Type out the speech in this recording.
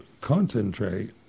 concentrate